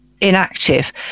inactive